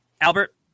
Albert